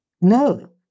No